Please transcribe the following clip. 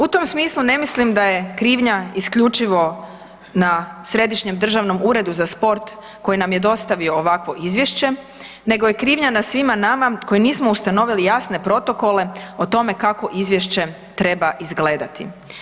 U tom smislu ne mislim da je krivnja isključivo na Središnjem državnom uredu za sport koji nam je dostavio ovakvo izvješće nego je krivnja na svima nama koji nismo ustanovili jasne protokole o tome kako izvješće treba izgledati.